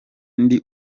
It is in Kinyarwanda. ndi